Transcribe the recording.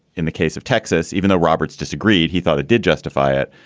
in the case of texas, even though roberts disagreed, he thought it did justify it.